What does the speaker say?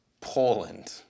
Poland